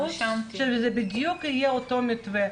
שזה בדיוק יהיה אותו מתווה.